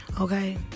Okay